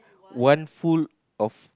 one full of